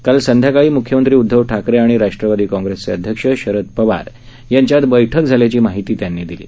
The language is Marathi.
काल संध्याकाळी मुख्यमंत्री उदधव ठाकरे आणि राष्ट्रवादी काँग्रेसचे अध्यक्ष शरद पवार यांच्यात बैठक झाल्याची माहिती त्यांनी दिली